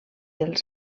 els